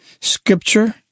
scripture